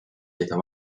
leida